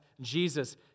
Jesus